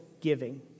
giving